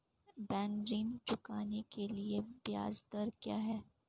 Bank ऋण चुकाने के लिए ब्याज दर क्या है?